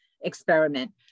experiment